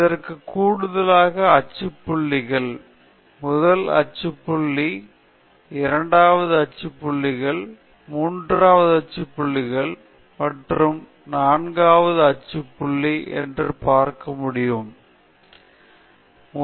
இதற்கு கூடுதலாக அச்சு புள்ளிகள் முதல் அச்சு புள்ளி இரண்டாவது அச்சு புள்ளிகள் மூன்றாவது அச்சு புள்ளி மற்றும் நான்காவது அச்சு புள்ளி என்று பார்க்க முடியும் உள்ளது